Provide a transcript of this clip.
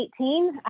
2018